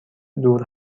دور